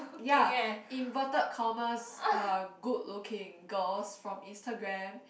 ya inverted commas uh good looking girls from Instagram